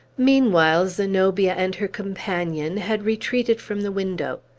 meanwhile, zenobia and her companion had retreated from the window.